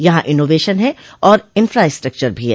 यहां इनोवेशन है और इन्फ्रास्टक्चर भी है